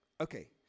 Okay